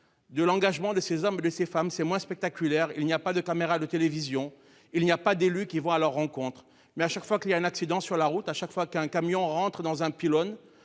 de l'engagement de ces hommes et de ces femmes au quotidien : c'est moins spectaculaire, il n'y a pas de caméra de télévision, pas d'élu qui va à leur rencontre, mais, chaque fois qu'il y a un accident sur la route, qu'un camion rentre dans un pylône